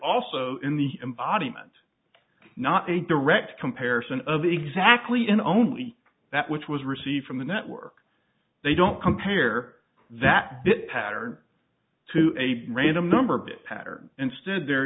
also in the embodiment not a direct comparison of exactly in only that which was received from the network they don't compare that pattern to a random number bit pattern instead there